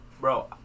bro